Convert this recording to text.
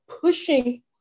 pushing